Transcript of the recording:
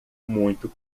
muito